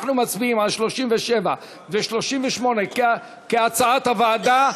אנחנו מצביעים על 37 ו-38 כהצעת הוועדה.